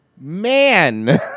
man